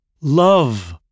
Love